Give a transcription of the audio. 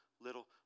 little